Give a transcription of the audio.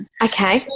Okay